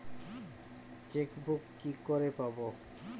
Chequebook কি করে পাবো?